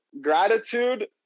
gratitude